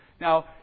Now